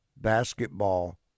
basketball